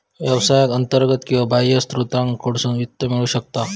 व्यवसायाक अंतर्गत किंवा बाह्य स्त्रोतांकडसून वित्त मिळू शकता